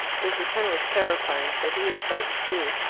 his return was terrifying, for he was frightened too,